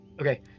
Okay